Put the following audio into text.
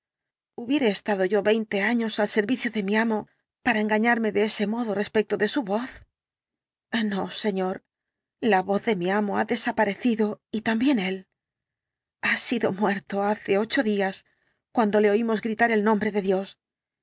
hubiera estado yo veinte años al servicio de mi amo para engañarme de la ultima noche ese modo respecto de su voz no señor la voz de mi amo ha desaperecido y también él ha sido muerto hace ocho días cuando le oímos gritar el nombre de dios